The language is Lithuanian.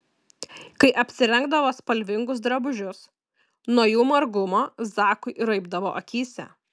kai apsirengdavo spalvingus drabužius nuo jų margumo zakui raibdavo akyse